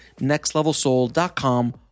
nextlevelsoul.com